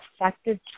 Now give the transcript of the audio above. effective